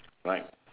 right